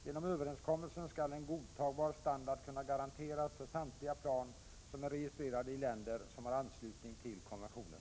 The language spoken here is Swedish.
Genom överenskommelsen skall en godtagbar standard kunna garanteras för samtliga plan som är registrerade i länder som har anslutit sig till konventionen.